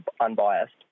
unbiased